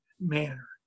manner